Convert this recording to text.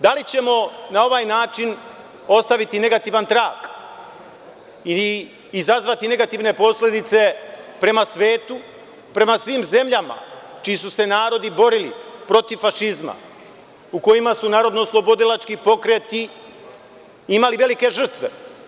Da li ćemo na ovaj način ostaviti negativan trag i izazvati negativne posledice prema svetu, prema svim zemljama čiji su se narodi borili protiv fašizma, u kojima su narodnooslobodilački pokreti imali velike žrtve?